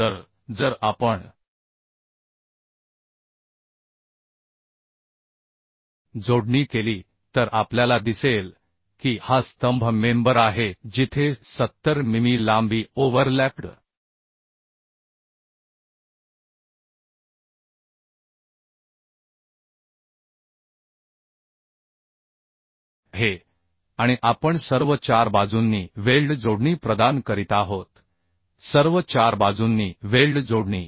तर जर आपण जोडणी केली तर आपल्याला दिसेल की हा स्तंभ मेंबर आहे जिथे 70 मिमी लांबी ओव्हरलॅप्ड आहे आणि आपण सर्व 4 बाजूंनी वेल्ड जोडणी प्रदान करीत आहोत सर्व 4 बाजूंनी वेल्ड जोडणी